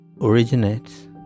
originates